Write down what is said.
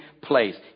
place